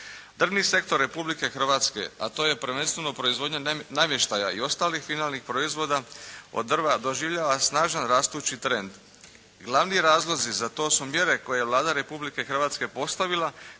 Drvni sektor Republike Hrvatske, a to je prvenstveno proizvodnja namještaja i ostalih finalnih proizvoda od drva, doživljava snažan rastući trend. Glavni razlozi za to su mjere koje Vlada Republike Hrvatske postavila